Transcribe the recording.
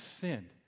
sinned